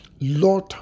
Lord